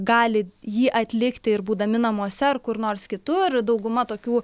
gali jį atlikti ir būdami namuose ar kur nors kitur dauguma tokių